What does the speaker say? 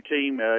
team